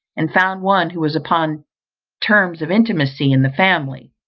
and found one who was upon terms of intimacy in the family